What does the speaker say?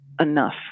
enough